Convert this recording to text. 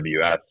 AWS